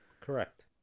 Correct